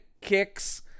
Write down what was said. kicks